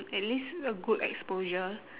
at least a good exposure